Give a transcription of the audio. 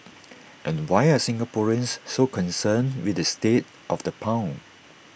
and why are Singaporeans so concerned with the state of the pound